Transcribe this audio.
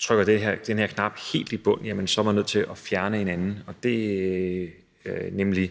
trykker den her knap helt i bund, er man nødt til at fjerne noget andet,